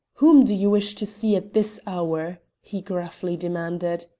whom do you wish to see at this hour? he gruffly demanded.